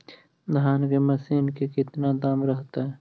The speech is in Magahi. धान की मशीन के कितना दाम रहतय?